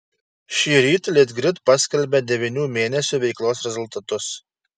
šįryt litgrid paskelbė devynių mėnesių veiklos rezultatus